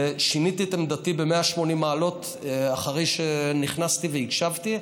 ושיניתי את עמדתי ב-180 מעלות אחרי שנכנסתי והקשבתי.